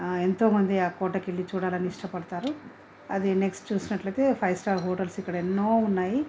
ఎంతో మంది ఆ కోటకెళ్ళి చూడాలని ఇష్టపడతారు అది నెక్స్ట్ చూసినట్లయితే ఫైవ్ స్టార్ హోటల్స్ ఇక్కడ ఎన్నో ఉన్నాయి